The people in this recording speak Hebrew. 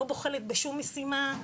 לא בוחלת בשום משימה,